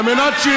על מנת,